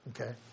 Okay